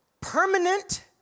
permanent